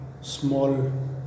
small